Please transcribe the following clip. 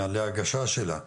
הפקדה של שינוי התמ"מ.